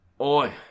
Oi